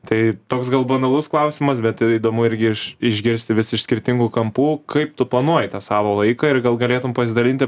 tai toks gal banalus klausimas bet ir įdomu irgi iš išgirsti vis iš skirtingų kampų kaip tu planuoji tą savo laiką ir gal galėtum pasidalinti